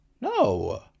No